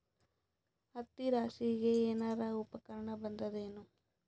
ಹತ್ತಿ ರಾಶಿಗಿ ಏನಾರು ಉಪಕರಣ ಬಂದದ ಏನು?